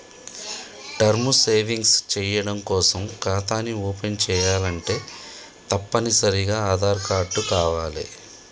term savings చెయ్యడం కోసం ఖాతాని ఓపెన్ చేయాలంటే తప్పనిసరిగా ఆదార్ కార్డు కావాలే